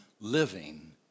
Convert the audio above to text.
living